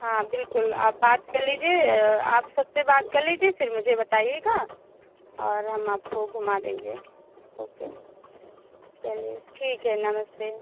हाँ बिल्कुल आप बात कर लीजिए आप सबसे बात कर लीजिए फिर मुझे बताइएगा और हम आपको घुमा देंगे ओके चलिए ठीक है नमस्ते